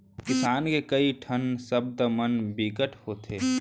किसान के कइ ठन सब्द मन बिकट होथे